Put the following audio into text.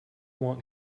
want